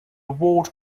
world